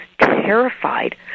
terrified